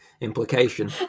implication